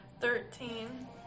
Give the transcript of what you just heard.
Thirteen